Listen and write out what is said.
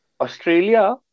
Australia